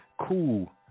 cool